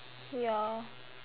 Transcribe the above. ya